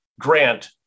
Grant